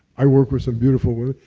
i work with some beautiful women.